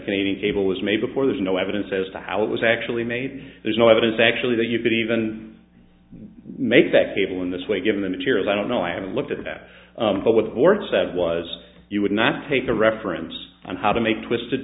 creating cable was made before there's no evidence as to how it was actually made there's no evidence actually that you could even make that cable in this way given the material i don't know i haven't looked at that but with warts that was you would not take a reference on how to make twisted